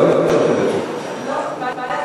ולכן,